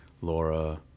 Laura